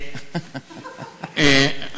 (אומר דברים